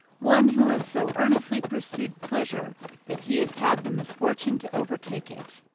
one who has so earnestly pursued pleasure that he has had the misfortune to overtake it.